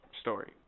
story